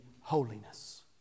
holiness